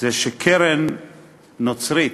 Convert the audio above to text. זה שקרן נוצרית,